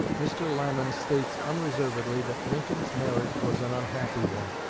mr. lamon states unreservedly that lincoln's marriage was an unhappy one.